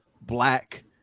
black